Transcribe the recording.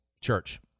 Church